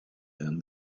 than